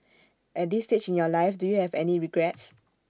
at this stage in your life do you have any regrets